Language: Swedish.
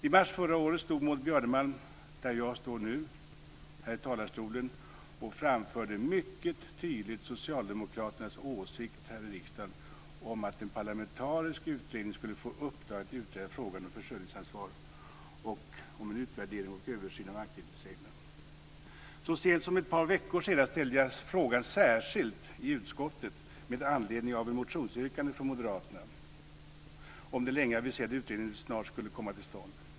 I mars förra året stod Maud Björnemalm här i talarstolen och framförde mycket tydligt socialdemokraternas åsikt här i riksdagen om att en parlamentarisk utredning skulle få i uppdrag att utreda frågan om försörjningsansvar och om en utvärdering och översyn av anknytningsreglerna. Så sent som för ett par veckor sedan ställde jag frågan särskilt i utskottet med anledning av ett motionsyrkande från moderaterna om den länge aviserade utredningen snart skulle komma till stånd.